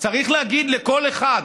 צריך להגיד לכל אחד: